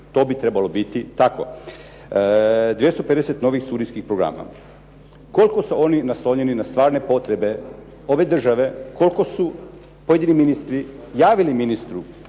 To bi trebalo biti tako. 250 novih studijskih programa. Koliko su oni naslonjeni na stvarne potrebe ove države, koliko su pojedini ministri javili ministru